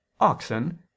oxen